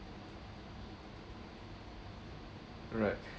alright